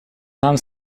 нам